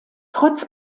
trotz